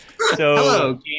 Hello